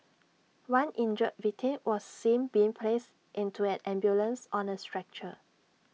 one injured victim was seen being placed into an ambulance on A stretcher